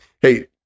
Hey